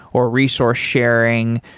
or resource sharing.